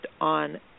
on